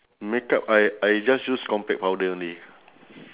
makeup I I just use compact powder only